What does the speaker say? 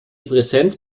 präsenz